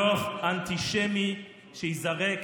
דוח אנטישמי שייזרק